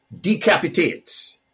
decapitates